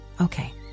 okay